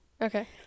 Okay